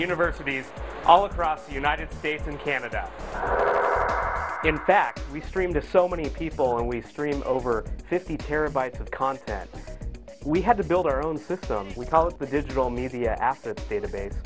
universities all across the united states and canada in fact we stream to so many people and we stream over fifty terabytes of content we had to build our own system we call it the digital media after the database